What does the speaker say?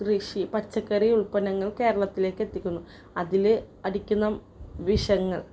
കൃഷി പച്ചക്കറി ഉത്പ്പന്നങ്ങൾ കേരളത്തിലേക്കെത്തിക്കുന്നു അതിൽ അടിക്കുന്ന വിഷങ്ങൾ